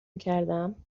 میکردم